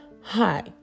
Hi